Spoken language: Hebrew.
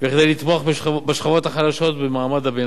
וכדי לתמוך בשכבות החלשות ובמעמד הביניים.